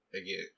again